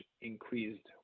increased